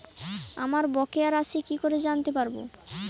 আমার বকেয়া রাশি কি করে জানতে পারবো?